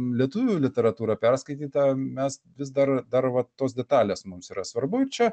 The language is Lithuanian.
lietuvių literatūrą perskaitytą mes vis dar dar va tos detalės mums yra svarbu čia